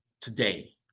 today